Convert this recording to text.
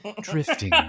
drifting